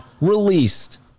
released